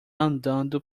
andando